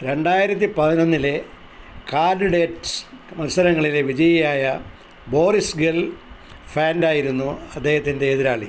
രണ്ടായിരത്തി പതിനൊന്നിലെ കാൻഡിഡേറ്റ്സ് മത്സരങ്ങളിലെ വിജയിയായ ബോറിസ് ഗെൽഫാൻഡ് ആയിരുന്നു അദ്ദേഹത്തിന്റെ എതിരാളി